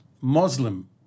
Muslim